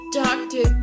doctor